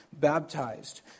baptized